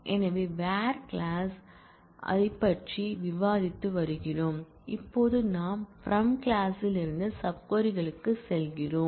எனவே where clause ல் nested query களைப் பற்றி நாங்கள் விவாதித்து வருகிறோம் இப்போது நாம் பிரம் கிளாஸ் ல் இருந்து சப் க்வரி களுக்கு செல்கிறோம்